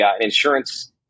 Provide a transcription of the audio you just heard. insurance